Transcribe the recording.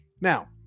Now